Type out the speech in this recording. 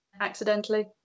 accidentally